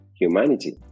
humanity